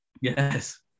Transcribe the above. Yes